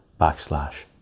backslash